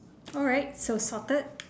alright so it's sorted